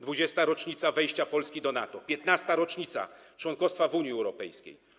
20. rocznica wejścia Polski do NATO, 15. rocznica członkostwa w Unii Europejskiej.